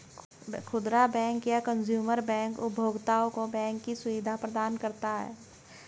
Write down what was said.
खुदरा बैंक या consumer bank उपभोक्ताओं को बैंकिंग की सुविधा प्रदान करता है